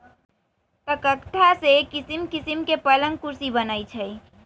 तकख्ता से किशिम किशीम के पलंग कुर्सी बनए छइ